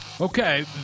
Okay